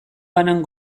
banan